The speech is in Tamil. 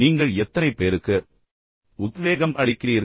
நீங்கள் எத்தனை பேருக்கு உத்வேகம் அளிக்கிறீர்கள்